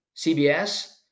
CBS